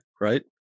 right